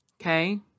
okay